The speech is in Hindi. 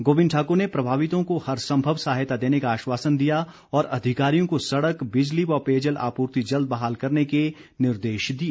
गोविंद ठाक्र ने प्रभावितों को हर संभव सहायता देने का आश्वासन दिया और अधिकारियों को सड़क बिजली व पेयजल आपूर्ति जल्द बहाल करने के निर्देश दिए